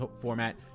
format